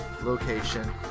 location